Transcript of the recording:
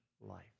life